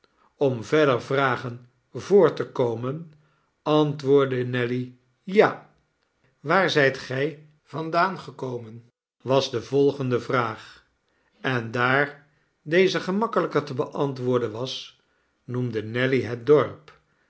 om verder vragen voor te komen antwoordde nelly ja waar zijt gij vandaan gekomen was de volgende vraag en daar deze gemakkelijker te beantwoorden was noemde nelly het dorp